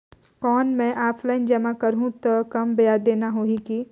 कौन मैं ऑफलाइन जमा करहूं तो कम ब्याज देना होही की?